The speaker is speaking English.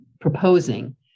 proposing